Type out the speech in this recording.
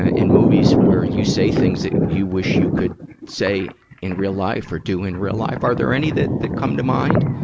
ah in movies, where you say things that you wish you could say in real life or do in real life. are there any that that come to mind?